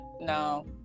No